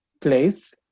place